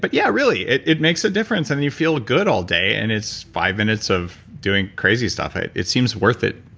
but yeah, really. it it makes a difference, and you feel good all day and it's five minutes of doing crazy stuff. it it seems worth it,